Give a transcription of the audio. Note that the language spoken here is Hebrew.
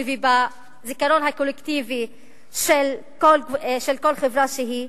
ובזיכרון הקולקטיבי של כל חברה שהיא.